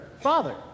father